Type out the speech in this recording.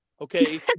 Okay